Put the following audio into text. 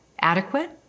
adequate